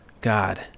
god